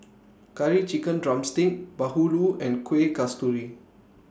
Curry Chicken Drumstick Bahulu and Kuih Kasturi